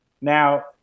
Now